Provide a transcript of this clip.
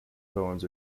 poems